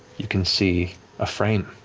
you can see a frame.